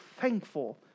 thankful